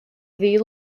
ddi